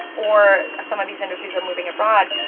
or some of these industries are moving abroad.